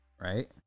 right